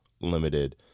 limited